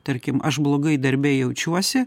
tarkim aš blogai darbe jaučiuosi